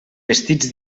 vestits